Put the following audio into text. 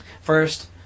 First